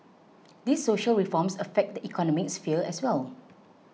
these social reforms affect the economic sphere as well